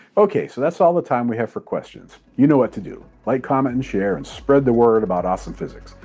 okay, so that's all the time we have for questions. you know what to do. like, comment, share, and spread the word about awesome physics.